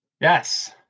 Yes